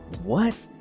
what?